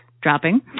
dropping